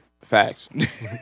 Facts